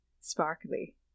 Sparkly